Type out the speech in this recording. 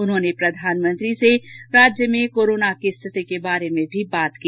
उन्होंने प्रधानमंत्री से राज्य में कोरोना की स्थिति के बारे में भी बात की